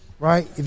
Right